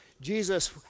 Jesus